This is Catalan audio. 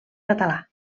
català